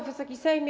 Wysoki Sejmie!